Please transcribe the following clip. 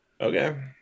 Okay